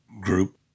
group